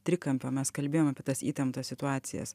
trikampio mes kalbėjom apie tas įtemptas situacijas